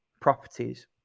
properties